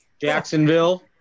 Jacksonville